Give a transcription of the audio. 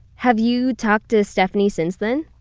have you talked to stephanie since then?